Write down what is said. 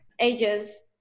ages